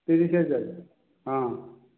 ତିରିଶ ହଜାର ହଁ